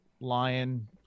lion